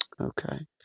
Okay